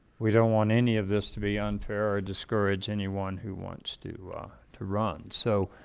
we don't want any of this to be unfair or discourage anyone who wants to to run so